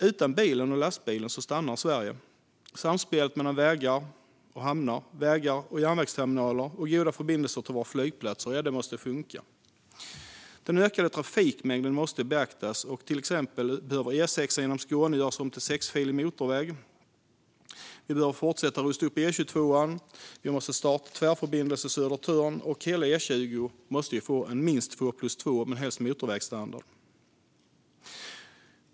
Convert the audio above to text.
Utan bilen och lastbilen stannar Sverige! Samspelet mellan vägar, hamnar och järnvägsterminaler och förbindelserna till flygplatser måste funka. Den ökade trafikmängden måste beaktas, och till exempel behöver E6:an genom Skåne göras om till sexfilig motorväg. Man behöver fortsätta rusta upp E22:an och starta bygget av Tvärförbindelse Södertörn. Hela E20 måste få minst två-plus-två men helst motorvägsstandard.